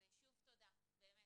אז שוב תודה, באמת.